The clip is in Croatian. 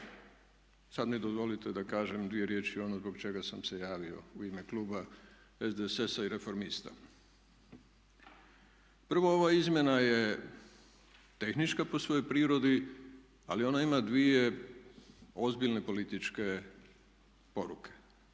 sad mi dozvolite da kažem dvije riječi ono zbog čega sam se javio u ime kluba SDSS-a i Reformista. Prvo ova izmjena je tehnička po svojoj prirodi ali ona ima dvije ozbiljne političke poruke.